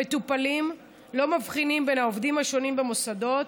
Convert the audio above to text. המטופלים לא מבחינים בין העובדים השונים במוסדות,